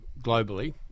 globally